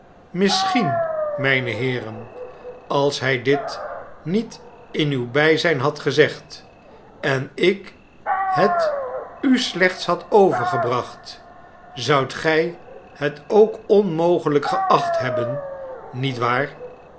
misschien mijne heeren als hij dit niet in uw bijzijn had gezegd en ik het u slechts had overgebracht zoudt gij het ook onmogelijk geacht hebben niet waar